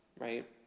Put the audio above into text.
right